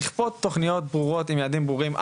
לכפות תוכניות ברורות עם יעדים ברורים,